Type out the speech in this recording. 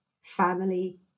family